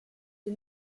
sie